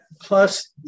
plus